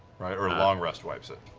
right? or a long rest wipes it.